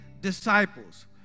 disciples